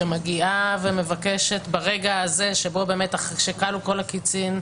שמגיעה ברגע הזה שבו כלו כל הקיצים,